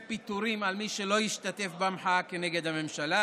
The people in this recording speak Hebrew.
פיטורים על מי שלא ישתתף במחאה כנגד הממשלה.